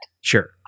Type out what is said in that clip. Sure